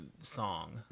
song